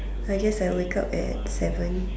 I guess I'll wake up at seven